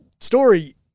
story